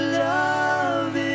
love